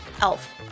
Elf